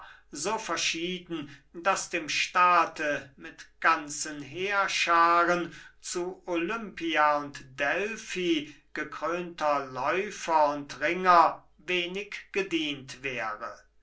so verschieden daß dem staate mit ganzen heerschaaren zu olympia und delfi gekrönter läufer und ringer wenig gedient wäre